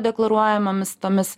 deklaruojamomis tomis